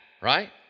right